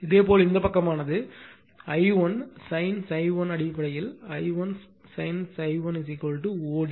இதேபோல் இந்த பக்கமானது I1 sin ∅ 1 அடிப்படையில் I1 sin ∅ 1 OD என்பது OC CD